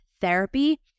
therapy